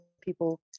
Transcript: people